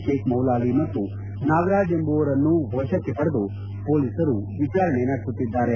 shake Moulali ಮತ್ತು ನಾಗರಾಜ್ ಎಂಬುವರನ್ನು ವಶಕ್ಷೆ ಪಡೆದು ಪೊಲೀಸರು ವಿಚಾರಣೆ ನಡೆಸುತ್ತಿದ್ದಾರೆ